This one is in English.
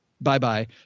Bye-bye